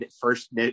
first